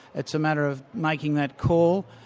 it's a matter of making that call.